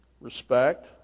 Respect